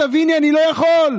תביני, אני לא יכול.